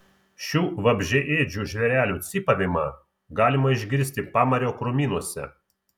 šių vabzdžiaėdžių žvėrelių cypavimą galima išgirsti pamario krūmynuose